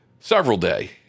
Several-day